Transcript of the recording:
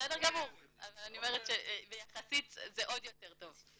בסדר גמור, אבל אני אומרת שיחסית זה עוד יותר טוב.